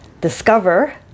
discover